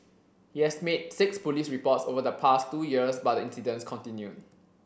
he has made six police reports over the past two years but the incidents continued